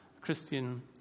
Christian